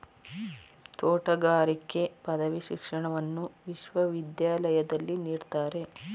ತೋಟಗಾರಿಕೆ ಪದವಿ ಶಿಕ್ಷಣವನ್ನು ವಿಶ್ವವಿದ್ಯಾಲಯದಲ್ಲಿ ನೀಡ್ತಾರೆ